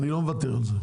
אני לא מוותר על זה.